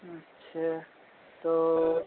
अच्छा तो